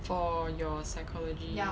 for your psychology